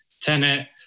tenant